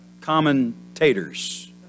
Commentators